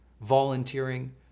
volunteering